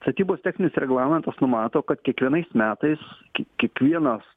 statybos techninis reglamentas numato kad kiekvienais metais kiek kiekvienos